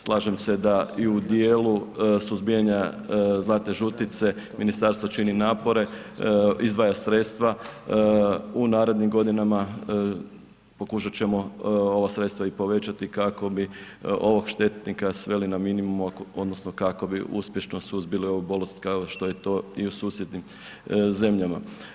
Slažem se da i u dijelu suzbijanja zlatne žutice ministarstvo čini napore, izdvaja sredstva, u narednim godinama pokušat ćemo ova sredstva i povećati kako bi ovog štetnika sveli na minimum odnosno kako bi uspješno suzbili ovu bolest kao što je to i u susjednim zemljama.